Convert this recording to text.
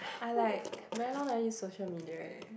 I like very long never use social media already